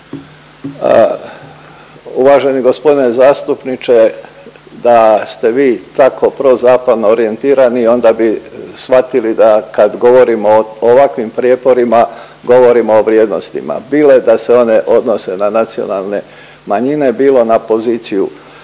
Uvaženi gospodine zastupniče da ste vi tako prozapadno orijentirani onda bi shvatili da kad govorimo o ovakvim prijeporima govorimo o vrijednostima bilo da se one odnose na nacionalne manjine, bilo na poziciju